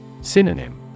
Synonym